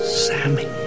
sammy